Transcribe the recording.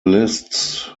lists